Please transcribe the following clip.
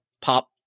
pop